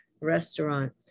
restaurant